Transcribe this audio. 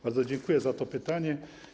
Bardzo dziękuję za to pytanie.